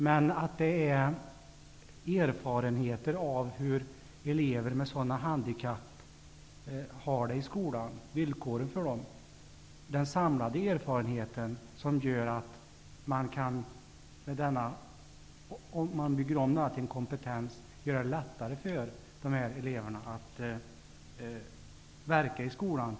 Men de samlade erfarenheterna av hur elever med dolda handikapp -- det handlar alltså om de här elevernas villkor i skolan -- gör att det, om det här byggs om till en kompetens, blir lättare för nämnda elever att verka i skolan.